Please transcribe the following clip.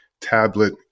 tablet